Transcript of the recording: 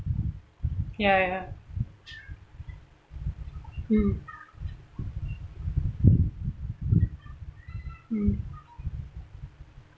ya ya mm mm